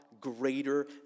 greater